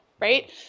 right